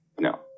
no